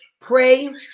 pray